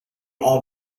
all